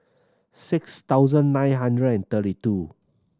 six thousand nine hundred and thirty two